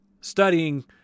studying